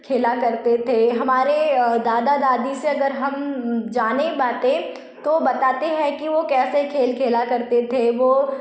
खेला करते थे हमारे दादा दादी से अगर हम जाने बाते तो बताते हैं कि वह कैसे खेल खेला करते थे वह